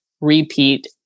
repeat